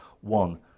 one